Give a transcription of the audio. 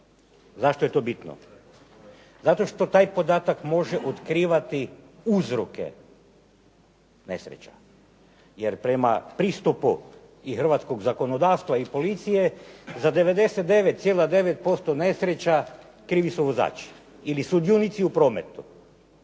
Zašto je to bitno? Zato što taj podatak može otkrivati uzroke nesreća jer prema pristupu i hrvatskog zakonodavstva i policije za 99,9% nesreća krivi su vozači ili sudionici u prometu.